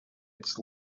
its